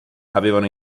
avevano